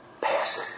Pastor